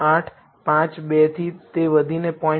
9852 થી તે વધીને 0